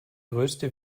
größte